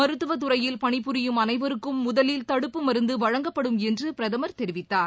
மருத்துவத் துறையில் பணிபுரியும் அனைவருக்கும் முதலில் தடுப்பு மருந்து வழங்கப்படும் என்று பிரதமர் தெரிவித்தார்